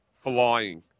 flying